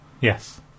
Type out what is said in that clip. Yes